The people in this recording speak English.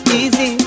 easy